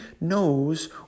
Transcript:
knows